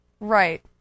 right